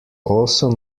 also